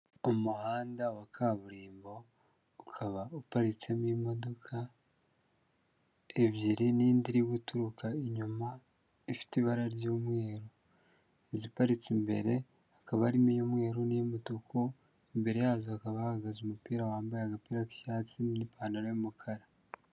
Umuhanda wa kaburimbo ukaba uparitsemo imodoka ebyiri n'indi iri guturuka inyuma ifite ibara ry'umweru, iziparitse imbere hakaba harimo iy'umweru n'iy'umutuku, imbere yazo hakaba hahagaze umupira wambaye agapira k'icyatsi n'ipantaro y'umukara.